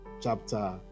chapter